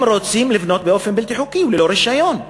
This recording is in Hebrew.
לבנות באופן בלתי חוקי וללא רישיון,